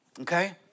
okay